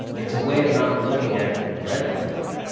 it's a way of not looking at redlining.